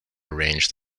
arranged